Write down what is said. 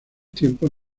tiempos